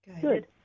Good